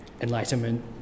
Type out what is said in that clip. Enlightenment